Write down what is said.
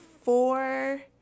four